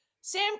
Sam